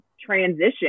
transition